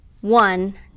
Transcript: one